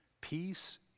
Peace